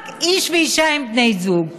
רק איש ואישה הם בני זוג.